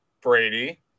Brady